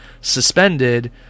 suspended